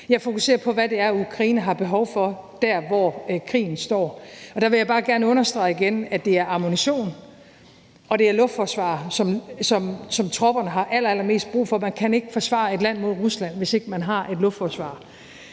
Jeg fokuserer på, hvad det er, Ukraine har behov for, dér hvor krigen står. Der vil jeg bare gerne understrege igen, at det er ammunition, og det er luftforsvar, som tropperne har allerallermest brug for. Man kan ikke forsvare et land mod Rusland, hvis ikke man har et luftforsvar.